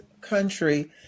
country